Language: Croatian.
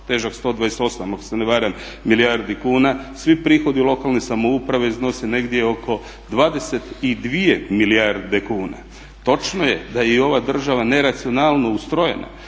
se ne varam milijardi kuna. Svi prihodi u lokalnoj samoupravi iznose negdje oko 22 milijarde kuna. Točno je da je i ova država neracionalno ustrojena.